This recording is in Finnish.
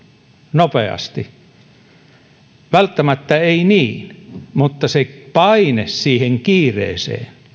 nopeasti niin välttämättä ei niin mutta se paine siihen kiireeseen